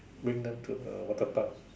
bring them to the water Park